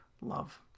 love